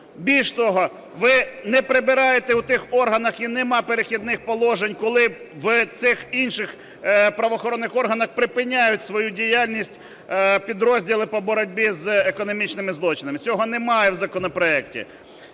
Більше того, ви не прибираєте у тих органах, і нема "Перехідних положень", коли в цих інших правоохоронних органах припиняють свою діяльність підрозділи по боротьбі з економічними злочинами. Цього немає в законопроекті.